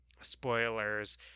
spoilers